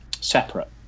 separate